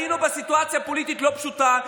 היינו בסיטואציה פוליטית לא פשוטה,